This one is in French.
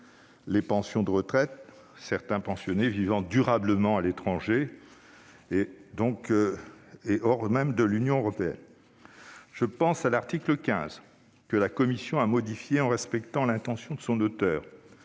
les pensions de retraite, certains pensionnés vivant durablement hors de France et de l'Union européenne. L'article 15, que la commission a modifié en respectant l'intention de son auteur,